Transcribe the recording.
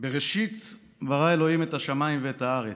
"בראשית ברא ה' את השמים ואת הארץ"